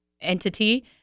entity